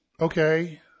Okay